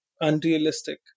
unrealistic